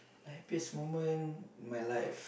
happiest moment my life